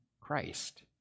Christ